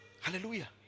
hallelujah